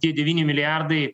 tie devyni milijardai